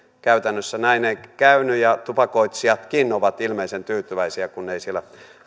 käytännössä näin ei käynyt ja tupakoitsijatkin ovat ilmeisen tyytyväisiä kun ei siellä